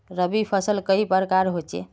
रवि फसल कई प्रकार होचे?